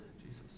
Jesus